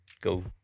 go